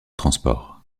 transport